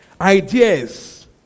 ideas